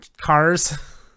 Cars